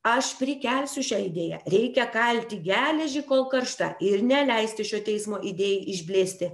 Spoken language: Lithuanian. aš prikelsiu šią idėją reikia kalti geležį kol karšta ir neleisti šio teismo idėjai išblėsti